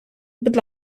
будь